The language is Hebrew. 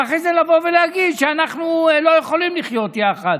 ואחרי זה לבוא ולהגיד שאנחנו לא יכולים לחיות יחד.